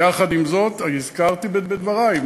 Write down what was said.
יחד עם זאת הזכרתי בדברי,